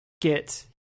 get